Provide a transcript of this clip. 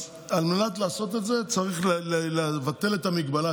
אז על מנת לעשות את זה צריך לבטל את המגבלה,